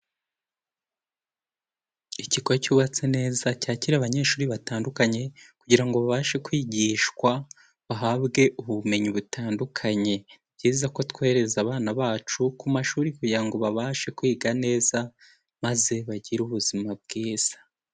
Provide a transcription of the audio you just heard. Ikigo cyubatse neza cyakira abanyeshuri batandukanye kugira ngo babashe kwigishwa bahabwe ubumenyi butandukanye, ni byiza ko twohereza abana bacu ku mashuri kugira ngo babashe kwiga neza maze bagire ubuzima bwiza.